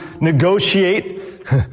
negotiate